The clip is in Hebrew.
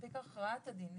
מספיקה הכרעת הדין,